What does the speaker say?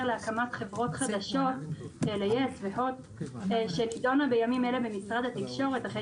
להקמת חברות חדשות שתידון בימים אלה במשרדה תקשורת אחרי